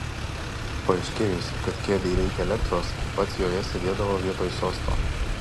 paaiškėjus kad kėdei reikia elektros pats joje sėdėdavo vietoj sosto